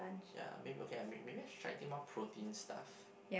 ya maybe okay may~ maybe I should try eating more protein stuff